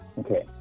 Okay